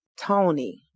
Tony